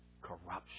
corruption